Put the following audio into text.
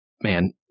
man